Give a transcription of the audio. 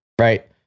right